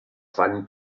fan